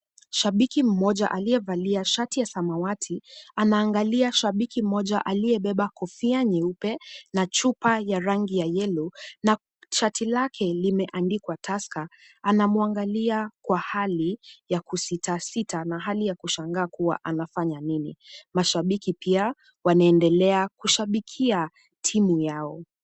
Shabiki mmoja aliyevalia shati ya samawati, anaangalia shabiki mmoja aliyebeba kofia nyeupe na chupa ya rangi ya yellow na shati lake limeandikwa tusker . Anamuangalia kwa hali ya kusitasita na hali ya kushangaa kuwa anafanya nini. Mashabiki pia wanaendelea kushabikia timu yao.